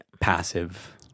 passive